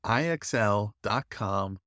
ixl.com